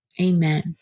Amen